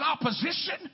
opposition